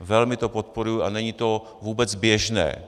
Velmi to podporuji a není to vůbec běžné.